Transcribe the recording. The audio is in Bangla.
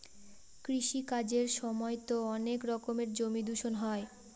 কৃষি কাজের সময়তো অনেক রকমের জমি দূষণ হয়